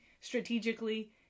strategically